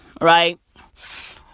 Right